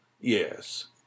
Yes